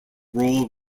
role